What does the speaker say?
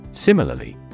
Similarly